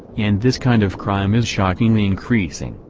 and this kind of crime is shockingly increasing,